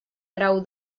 grau